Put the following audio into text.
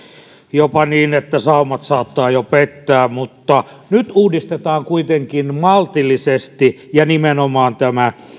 jopa niin että saumat saattavat jo pettää nyt uudistetaan kuitenkin maltillisesti ja nimenomaan tämä